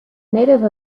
native